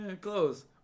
Close